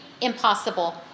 impossible